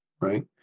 right